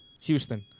Houston